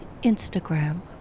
Instagram